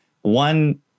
one